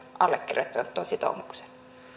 allekirjoittanut tuon sitoumuksen